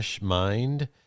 mind